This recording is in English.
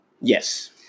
Yes